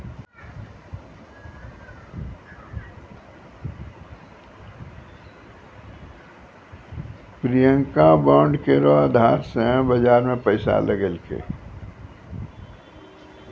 Priyanka bond केरो अधार से बाजार मे पैसा लगैलकै